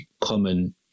Common